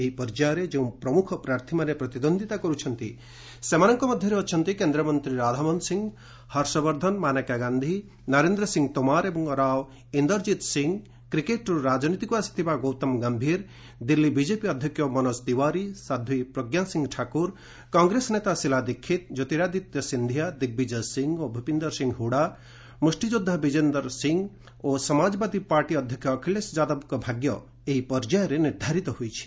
ଏହି ପର୍ଯ୍ୟାୟରେ ଯେଉଁ ପ୍ରମୁଖ ପ୍ରାର୍ଥୀମାନେ ପ୍ରତିଦ୍ୱନ୍ଦ୍ୱିତା କରୁଛନ୍ତି ସେମାନଙ୍କ ମଧ୍ୟରେ ଅଛନ୍ତି କେନ୍ଦ୍ରମନ୍ତୀ ରାଧାମୋହନ ସିଂ ହର୍ଷବର୍ଦ୍ଧନ ମାନେକା ଗାନ୍ଧି ନରେନ୍ଦ୍ର ସିଂ ତୋମାର ଏବଂ ରାଓ ଇନ୍ଦରଜିତ୍ ସିଂହ କ୍ରିକେଟ୍ରୁ ରାଜନୀତିକୁ ଆସିଥିବା ଗୌତମ ଗୟୀର ଦିଲ୍ଲୀ ବିଜେପି ଅଧ୍ୟକ୍ଷ ମନୋଜ ତିୱାରୀ ସାଧ୍ୱୀ ପ୍ରଜ୍ଞାସିଂ ଠାକୁର କଂଗ୍ରେସ ନେତା ଶିଲା ଦୀକ୍ଷିତ୍ କ୍ୟୋତିରାଦିତ୍ୟ ସିନ୍ଧିଆ ଦିଗ୍ବିଜୟ ସିଂ ଓ ଭୂପିନ୍ଦର ସିଂ ହୁଡ଼ା ମ୍ରଷ୍ଟିଯୋଦ୍ଧା ବିଜେନ୍ଦର ସିଂ ଓ ସମାଜବାଦୀ ପାର୍ଟି ଅଧ୍ୟକ୍ଷ ଅଖିଳେଶ ଯାଦବଙ୍କ ଭାଗ୍ୟ ଏହି ପର୍ଯ୍ୟାୟରେ ନିର୍ଦ୍ଧାରିତ ହୋଇଛି